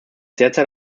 derzeit